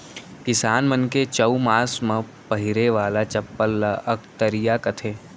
किसान मन के चउमास म पहिरे वाला चप्पल ल अकतरिया कथें